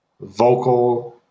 vocal